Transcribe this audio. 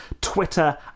Twitter